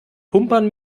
pumpern